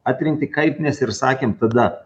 atrinkti kaip mes ir sakėm tada